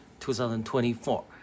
2024